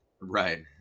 Right